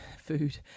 food